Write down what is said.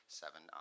seven